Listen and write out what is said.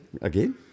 again